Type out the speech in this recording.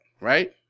right